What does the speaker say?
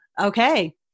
okay